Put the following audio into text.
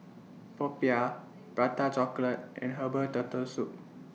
Popiah Prata Chocolate and Herbal Turtle Soup